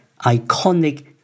iconic